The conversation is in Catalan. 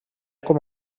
com